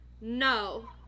No